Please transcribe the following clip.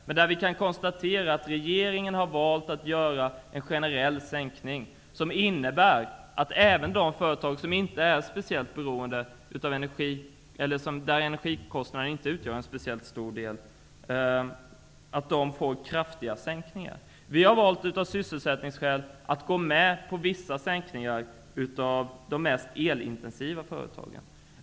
Men vi kan konstatera att regeringen har valt att göra en generell sänkning som innebär att även de företag där energikostnaderna inte utgör en speciellt stor del får kraftiga sänkningar. Av sysselsättningsskäl har vi valt att gå med på vissa sänkningar för de mest elintensiva företagen.